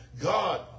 God